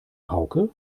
hauke